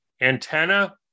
Antenna